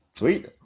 Sweet